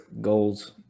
goals